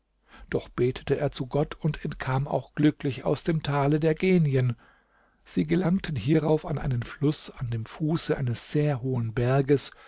doch betete er zu gott und entkam auch glücklich aus dem tale der genien sie gelangten hierauf an einen fluß an dem fuße eines sehr hohen berges